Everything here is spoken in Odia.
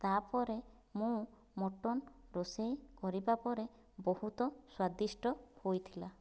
ତା'ପରେ ମୁଁ ମଟନ ରୋଷେଇ କରିବା ପରେ ବହୁତ ସ୍ଵାଦିଷ୍ଟ ହୋଇଥିଲା